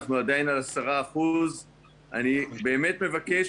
אנחנו עדיין על 10%. אני באמת מבקש,